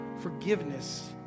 forgiveness